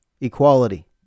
equality